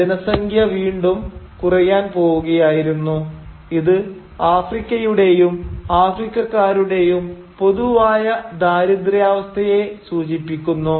ജനസംഖ്യ വീണ്ടും കുറയാൻ പോവുകയായിരുന്നു ഇത് ആഫ്രിക്കയുടെയും ആഫ്രിക്കക്കാരുടെയും പൊതുവായ ദാരിദ്ര്യാവസ്ഥയെ സൂചിപ്പിക്കുന്നു